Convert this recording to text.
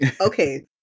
Okay